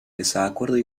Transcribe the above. desacuerdos